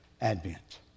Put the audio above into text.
advent